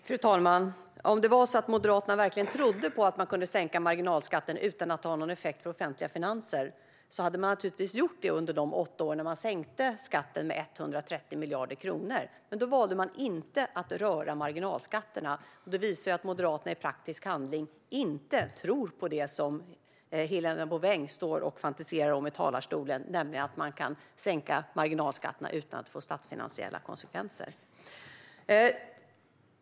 Fru talman! Om det hade varit så att Moderaterna verkligen trodde på att man kan sänka marginalskatten utan att det har någon effekt på offentliga finanser, hade man naturligtvis gjort det under de åtta år då man sänkte skatten med 130 miljarder kronor. Men då valde man att inte röra marginalskatterna. Det visar att Moderaterna i praktisk handling inte tror på det som Helena Bouveng står och fantiserar om i talarstolen, nämligen att det går att sänka marginalskatterna utan att det får statsfinansiella konsekvenser.